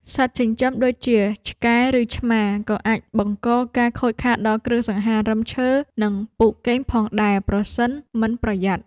សត្វចិញ្ចឹមដូចជាឆ្កែឬឆ្មាក៏អាចបង្កការខូចខាតដល់គ្រឿងសង្ហារិមឈើនិងពូកគេងផងដែរប្រសិនមិនប្រយ័ត្ន។